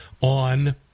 on